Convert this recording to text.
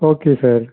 okay sir